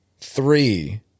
three